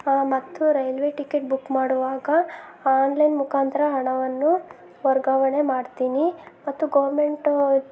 ಮತ್ತು railway ticket book ಮಾಡುವಾಗ online ಮುಖಾಂತರ ಹಣವನ್ನು ವರ್ಗಾವಣೆ ಮಾಡ್ತೀನಿ ಮತ್ತು ಗೋರ್ಮೆಂಟು